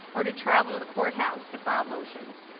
or to travel to the courthouse to file motions.